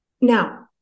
Now